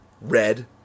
red